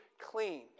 clean